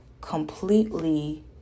completely